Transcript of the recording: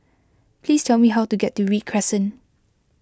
please tell me how to get to Read Crescent